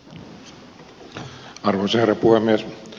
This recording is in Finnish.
arvoisa herra puhemies